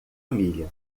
milha